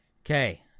Okay